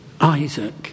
Isaac